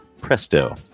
Presto